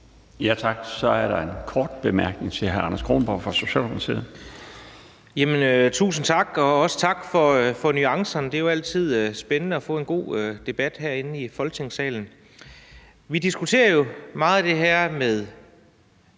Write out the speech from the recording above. Tak. Så er der en kort bemærkning til hr. Anders Kronborg fra Socialdemokratiet. Kl. 17:13 Anders Kronborg (S): Tusind tak, og også tak for nuancerne. Det er altid spændende at få en god debat herinde i Folketingssalen. Vi diskuterer jo meget det her med